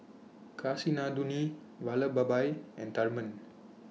Kasinadhuni Vallabhbhai and Tharman